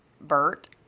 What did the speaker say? Bert